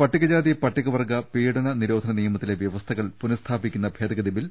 പട്ടിക ജാതി പട്ടിക വർഗ പീഡന നിരോധന നിയമത്തിലെ വ്യവ സ്ഥകൾ പുനസ്ഥാപിക്കുന്ന ഭേദഗ്തി ബിൽ